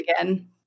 again